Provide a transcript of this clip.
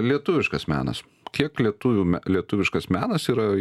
lietuviškas menas kiek lietuvių me lietuviškas menas yra